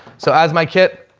so as my kit,